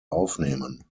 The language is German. aufnehmen